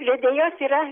vedėjos yra